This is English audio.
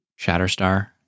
Shatterstar